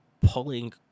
pulling